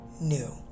new